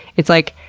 it's like,